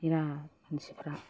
बिराद मानसिफ्रा